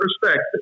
perspective